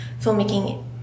filmmaking